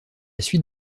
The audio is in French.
suite